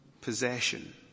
possession